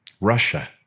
Russia